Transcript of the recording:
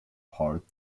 part